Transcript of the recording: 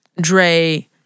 Dre